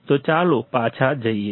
તો ચાલો પાછા જઈએ